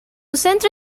centro